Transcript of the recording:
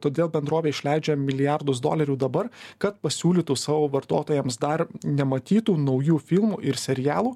todėl bendrovė išleidžia milijardus dolerių dabar kad pasiūlytų savo vartotojams dar nematytų naujų filmų ir serialų